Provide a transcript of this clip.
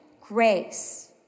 grace